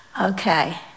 okay